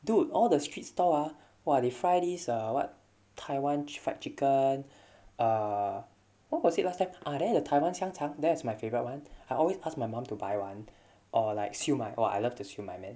dude all the street store ah !wah! they fry this err what taiwan fried chicken err what was it last time ah there the taiwan 香肠 that's my favourite one I always ask my mum to buy one or like siew mai oh I love the siew mai man